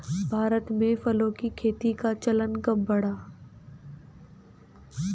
भारत में फलों की खेती का चलन कब बढ़ा?